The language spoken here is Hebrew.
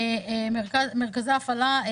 מרכזי הפעלה,